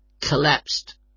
collapsed